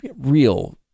real